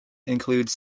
includes